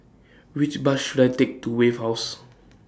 Which Bus should I Take to Wave House